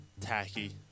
Tacky